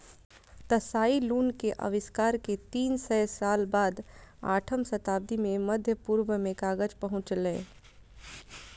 Tsai Lun के आविष्कार के तीन सय साल बाद आठम शताब्दी मे मध्य पूर्व मे कागज पहुंचलै